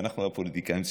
ואנחנו הפוליטיקאים צריכים,